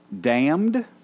damned